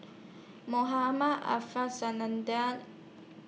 Mohamed Ariff